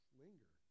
linger